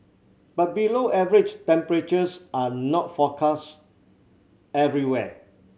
but below average temperatures are not forecast everywhere